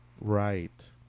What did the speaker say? Right